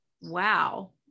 wow